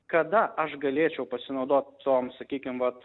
kada aš galėčiau pasinaudot tom sakykim vat